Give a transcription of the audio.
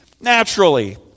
naturally